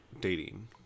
dating